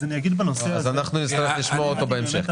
אז אנחנו נצטרך לשמוע אותו בהמשך.